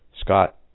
Scott